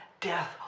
death